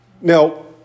Now